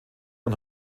und